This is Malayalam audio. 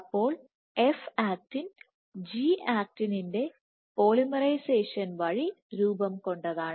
അപ്പോൾ F ആക്റ്റിൻ G ആക്റ്റിന്റെ പോളിമറൈസേഷൻ വഴി രൂപംകൊണ്ടതാണ്